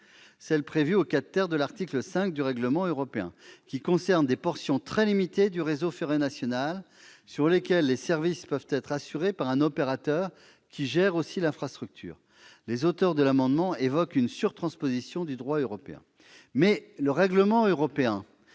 prévue au 4 de l'article 5 du règlement européen. Cette dérogation concerne des portions très limitées du réseau ferré national sur lesquelles les services peuvent être assurés par un opérateur qui gère aussi l'infrastructure. Les auteurs de l'amendement évoquent une surtransposition du droit européen, mais le règlement européen